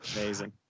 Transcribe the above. Amazing